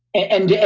and, yeah